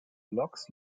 loks